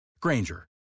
Granger